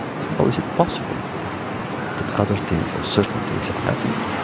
how is it possible that other things or certain things have happened?